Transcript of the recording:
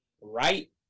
right